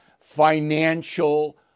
financial